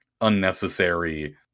unnecessary